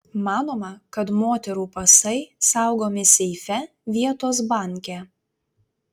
manoma kad moterų pasai saugomi seife vietos banke